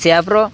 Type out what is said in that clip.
C ଆପ୍ର